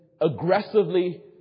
aggressively